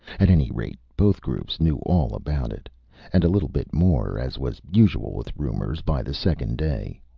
at any rate, both groups knew all about it and a little bit more, as was usual with rumors by the second day.